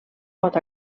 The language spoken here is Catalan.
pot